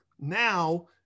Now